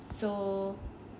so